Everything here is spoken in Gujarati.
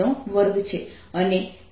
331